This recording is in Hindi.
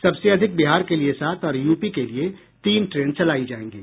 सबसे अधिक बिहार के लिए सात और यूपी के लिए तीन ट्रेन चलाई जाएंगी